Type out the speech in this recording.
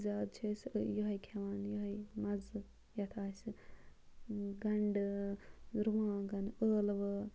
زیادٕ چھِ أسۍ یِہٕے کھٮ۪وان یِہٕے مَزٕ یَتھ آسہِ گَنٛڈٕ رُوانٛگَن ٲلوٕ